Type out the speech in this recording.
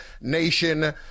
Nation